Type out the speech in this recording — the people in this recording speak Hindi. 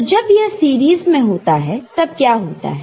तो जब यह सीरीज में होता है तब क्या होता है